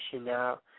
now